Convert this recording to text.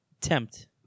Tempt